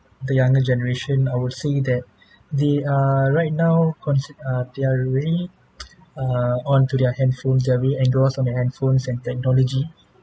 the younger generation I would say that the err right now consi~ uh they're really uh onto their handphones they're really engrossed on their handphones and technology